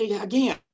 again